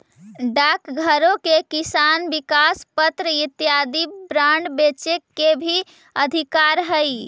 डाकघरो के किसान विकास पत्र इत्यादि बांड बेचे के भी अधिकार हइ